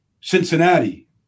Cincinnati